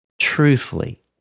Truthfully